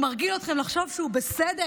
הוא מרגיל אתכם לחשוב שהוא בסדר,